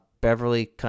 Beverly